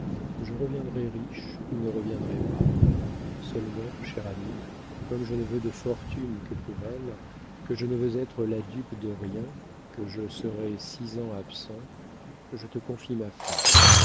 je reviendrai riche ou ne reviendrai pas seulement cher ami comme je ne veux de fortune que pour elle que je ne veux être la dupe de rien que je serai six ans absent je te confie ma femme